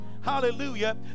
hallelujah